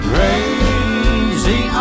Crazy